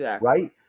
Right